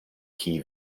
key